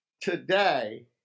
today